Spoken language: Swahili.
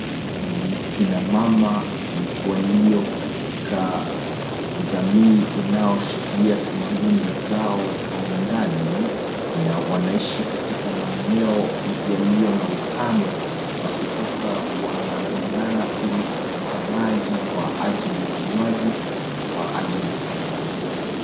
Ni kina mama walio katika jamii inaoshikilia tamaduni zao kwa undani ,na wanaishi katika maeneno yaliyo na ukame basi sasa wanangangana kutafuta maji kwa ajili ya unywaji na kwa ajili ya familia zao.